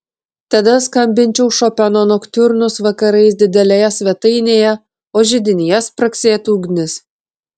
tada skambinčiau šopeno noktiurnus vakarais didelėje svetainėje o židinyje spragsėtų ugnis